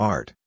Art